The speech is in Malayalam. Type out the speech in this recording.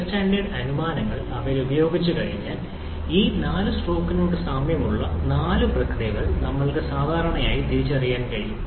എയർ സ്റ്റാൻഡേർഡ് അനുമാനങ്ങൾ അവയിൽ പ്രയോഗിച്ചുകഴിഞ്ഞാൽ ഈ 4 സ്ട്രോക്കിനോട് സാമ്യമുള്ള നാല് പ്രക്രിയകൾ നമ്മൾക്ക് സാധാരണയായി തിരിച്ചറിയാൻ കഴിയും